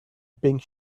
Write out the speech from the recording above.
pink